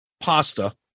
pasta